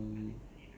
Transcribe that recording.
ya